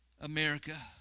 America